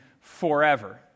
forever